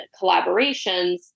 collaborations